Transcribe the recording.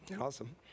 Awesome